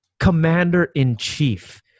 commander-in-chief